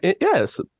yes